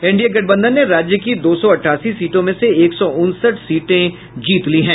NDA गठबंधन ने राज्य की दो सौ अठासी सीटों में से एक सौ उनसठ सीटें जीत ली हैं